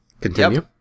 Continue